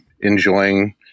enjoying